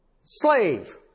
Slave